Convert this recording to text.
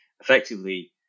effectively